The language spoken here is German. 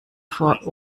vor